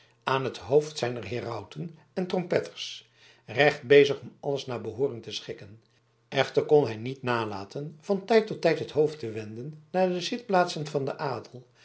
aan het hoofd zijner herauten en trompetters recht bezig om alles naar behooren te schikken echter kon hij niet nalaten van tijd tot tijd het hoofd te wenden naar de zitplaatsen van den adel